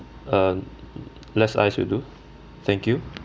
uh less ice will do thank you